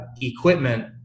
equipment